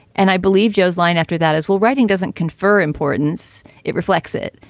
and i believe joe's line after that as well. writing doesn't confer importance. it reflects it.